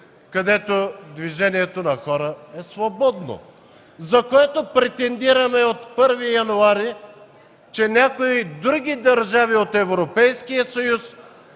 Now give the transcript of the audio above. където движението на хора е свободно, за което претендираме от 1 януари, че някои други държави от Европейския съюз